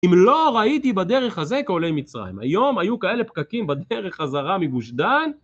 אם לא ראיתי בדרך הזה כעולי מצרים, היום היו כאלה פקקים בדרך חזרה מגוש דן,